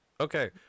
Okay